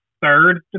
third